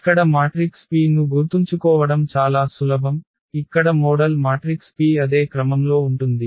ఇక్కడ matrix P ను గుర్తుంచుకోవడం చాలా సులభం ఇక్కడ మోడల్ మాట్రిక్స్ P అదే క్రమంలో ఉంటుంది